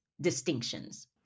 Distinctions